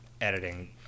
editing